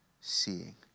seeing